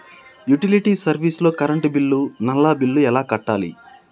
Utility service లో current bill, నల్లా bill ఎలా కట్టాలి?